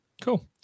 cool